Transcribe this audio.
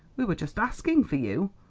we were just asking for you.